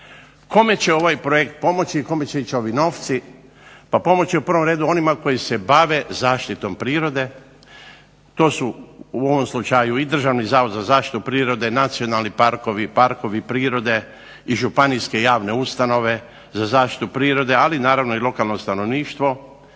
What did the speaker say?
Kome će ovaj projekt pomoći, i kome će ići ovi novci, pa pomoći će u prvom redu onima koji se bave zaštitom prirode, to su u ovom slučaju i Državni zavod za zaštitu prirode, nacionalni parkovi, parkovi prirode, i županijske javne ustanove za zaštitu prirode, ali naravno i lokalno stanovništvo,